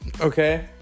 Okay